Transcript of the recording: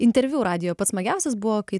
interviu radijo pats smagiausias buvo kai